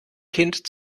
kind